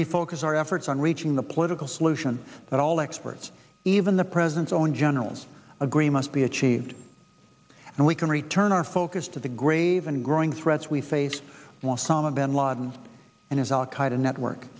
refocus our efforts on reaching the political solution that all experts even the president's own generals agree must be achieved and we can return our focus to the grave and growing threats we face while some of bin laden and his al qaeda network